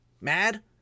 mad